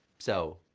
so,